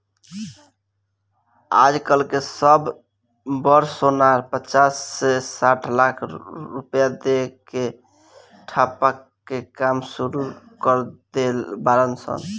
आज कल के सब बड़ सोनार पचास से साठ लाख रुपया दे के ठप्पा के काम सुरू कर देले बाड़ सन